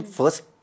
first